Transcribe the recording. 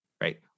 right